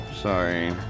Sorry